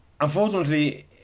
unfortunately